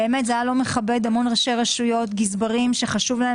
הוא באמת היה לא מכבד המון ראשי רשויות וגזברים שחשוב להם